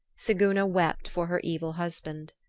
siguna wept for her evil husband.